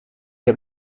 heb